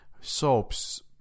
soaps